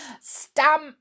Stamp